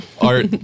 Art